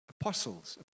apostles